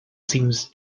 seems